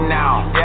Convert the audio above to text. now